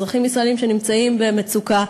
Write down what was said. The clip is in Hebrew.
אזרחים ישראלים שנמצאים במצוקה.